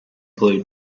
blue